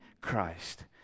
Christ